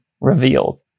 revealed